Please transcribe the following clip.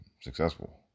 successful